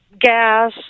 gas